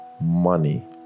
money